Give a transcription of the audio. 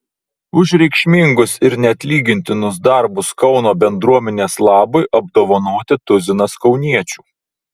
už reikšmingus ir neatlygintinus darbus kauno bendruomenės labui apdovanoti tuzinas kauniečių